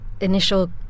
initial